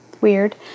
weird